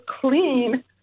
clean